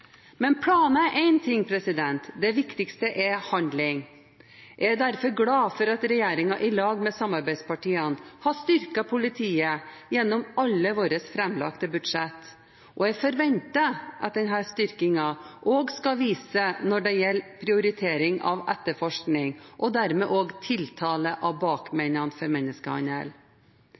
Men planer er én ting, det viktigste er handling. Jeg er derfor glad for at regjeringen i lag med samarbeidspartiene har styrket politiet gjennom alle våre framlagte budsjett, og jeg forventer at denne styrkingen også skal vises når det gjelder prioritering av etterforskning og dermed også tiltale av